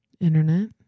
Internet